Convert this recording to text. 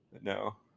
No